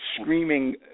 screaming